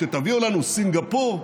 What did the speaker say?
שתביאו לנו סינגפור.